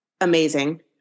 amazing